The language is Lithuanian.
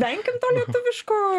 venkim to lietuviško